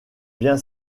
bien